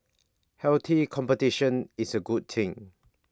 healthy competition is A good thing